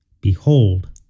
behold